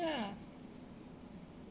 ya